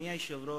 אדוני היושב-ראש,